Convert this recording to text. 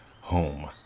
home